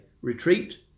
retreat